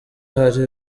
hari